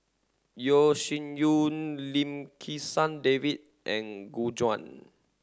Yeo Shih Yun Lim Kim San David and Gu Juan